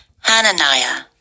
Hananiah